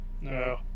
no